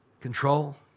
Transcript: Control